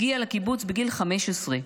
הגיע לקיבוץ בגיל 15,